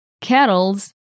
Kettles